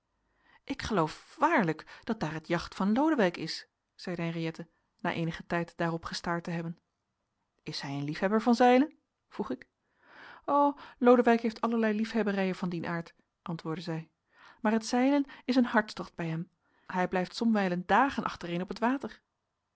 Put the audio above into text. ik geloof waarlijk dat daar het jacht van lodewijk is zeide henriëtte na eenigen tijd daarop gestaard te hebben is hij een liefhebber van zeilen vroeg ik o lodewijk heeft alle liefhebberijen van dien aard antwoordde zij maar het zeilen is een hartstocht bij hem hij blijft somwijlen dagen achtereen op het water